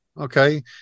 Okay